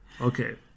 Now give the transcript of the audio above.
okay